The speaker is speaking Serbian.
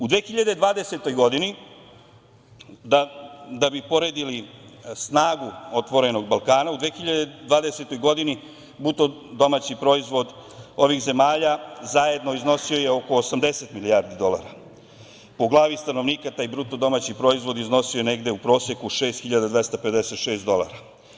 U 2020. godini, da bi poredili snagu „Otvorenog Balkana“ u 2020. godini, bruto domaći proizvod ovih zemalja zajedno iznosio je oko 80 milijardi dolara, po glavi stanovnika taj bruto domaći proizvod iznosio je negde u proseku 6.256 dolara.